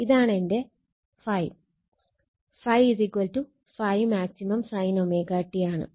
ഇതാണെന്റെ ∅ ∅∅m sin ωt ആണ്